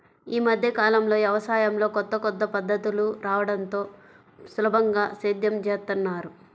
యీ మద్దె కాలంలో యవసాయంలో కొత్త కొత్త పద్ధతులు రాడంతో సులభంగా సేద్యం జేత్తన్నారు